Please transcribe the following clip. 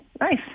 nice